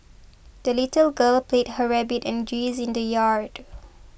the little girl played her rabbit and geese in the yard